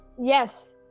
Yes